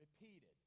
repeated